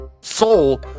soul